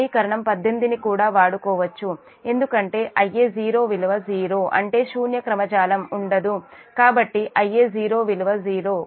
సమీకరణం 18 కూడా వాడుకోవచ్చు ఎందుకంటే Ia0 విలువ 0 అంటే శూన్య క్రమ జాలం ఉండదు కాబట్టి Ia0 విలువ 0